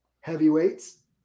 heavyweights